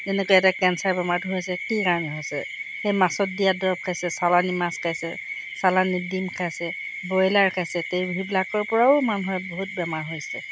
যেনেকৈ এতিয়া কেঞ্চাৰ বেমাৰটো হৈছে কি কাৰণে হৈছে সেই মাছত দিয়া দৰৱ খাইছে চালানী মাছ খাইছে চালানী ডিম খাইছে ব্ৰইলাৰ খাইছে তে সেইবিলাকৰ পৰাও মানুহৰ বহুত বেমাৰ হৈছে